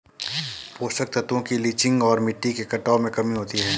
पोषक तत्वों की लीचिंग और मिट्टी के कटाव में कमी होती है